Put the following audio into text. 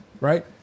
Right